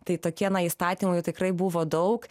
tai tokie na įstatymai tikrai buvo daug